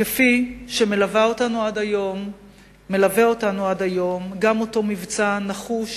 וכך גם מלווה אותנו עד היום אותו מבצע נחוש